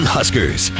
Huskers